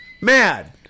mad